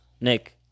Nick